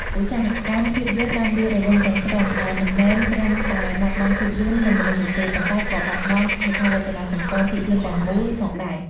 ឧស្សាហកម្មភាពយន្តបានដួលរលំទាំងស្រុង ដែលមិនមែនត្រឹមតែបាត់បង់ភាពយន្ត និងមនុស្សនោះទេ ប៉ុន្តែក៏បាត់បង់ ហេដ្ឋារចនាសម្ព័ន្ធភាពយន្តទាំងមូល ផងដែរ។